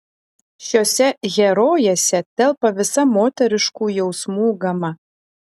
šiose herojėse telpa visa moteriškų jausmų gama